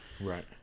Right